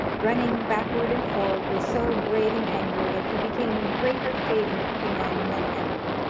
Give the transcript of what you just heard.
running backward and forward with so brave an anger, that he became a greater favourite with the men than ever.